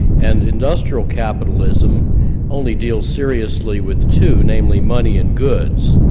and industrial capitalism only deals seriously with two, namely, money and goods,